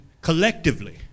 collectively